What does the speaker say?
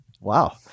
Wow